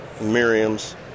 Miriam's